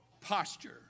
posture